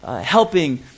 helping